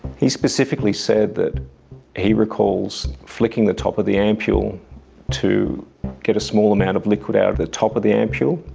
he specifically said that he recalls flicking the top of the ampule to get a small amount of liquid out of the top of the ampule,